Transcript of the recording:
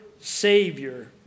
Savior